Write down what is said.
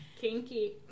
Kinky